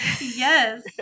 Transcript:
yes